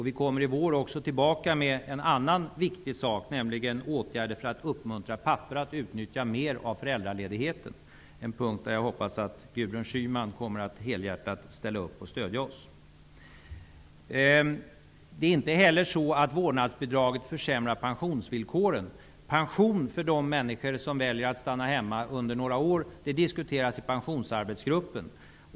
Vi kommer i vår tillbaka med en annan viktig sak, nämligen åtgärder för att uppmuntra pappor att utnyttja mer av föräldraledigheten, en punkt där jag hoppas att Gudrun Schyman kommer att stödja oss helhjärtat. Det är inte heller så att vårdnadsbidraget försämrar pensionsvillkoren. Pension för de människor som väljer att stanna hemma några år diskuteras i Pensionsarbetsgruppen.